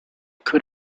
could